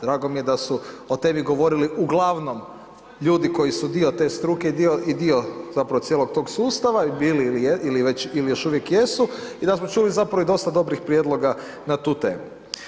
Drago mi je da su o temi govorili uglavnom ljudi koji su dio te struke i dio zapravo cijelog tog sustava, bili ili još uvijek jesu, i da smo čuli zapravo i dosta dobrih prijedloga na tu temu.